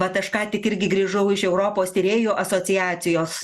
vat aš ką tik irgi grįžau iš europos tyrėjų asociacijos